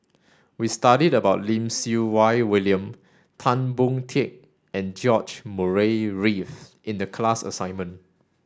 we studied about Lim Siew Wai William Tan Boon Teik and George Murray Reith in the class assignment